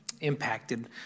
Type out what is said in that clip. impacted